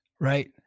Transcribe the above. right